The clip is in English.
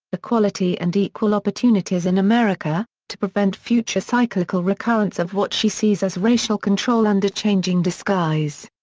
equality and equal opportunities in america, to prevent future cyclical recurrence of what she sees as racial control under changing disguise.